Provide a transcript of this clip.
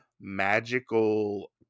magical